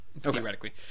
theoretically